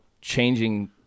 changing